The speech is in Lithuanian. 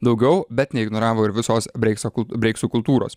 daugiau bet neignoravo ir visos breikso breiksų kultūros